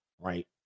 Right